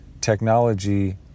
technology